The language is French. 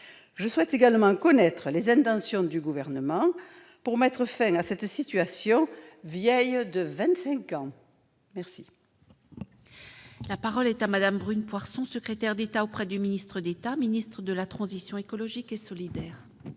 Je souhaite également connaître les intentions du Gouvernement pour mettre fin à cette situation vieille de vingt-cinq ans. La parole est à Mme la secrétaire d'État auprès du ministre d'État, ministre de la transition écologique et solidaire.